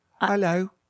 Hello